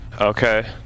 Okay